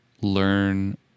learn